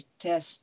test